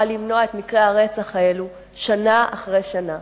למנוע את מקרי הרצח האלה שנה אחרי שנה.